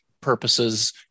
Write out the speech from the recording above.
purposes